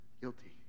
Guilty